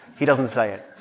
he doesn't say it